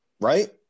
right